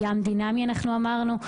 הים דינמי, אמרנו .